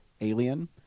Alien